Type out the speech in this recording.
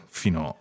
fino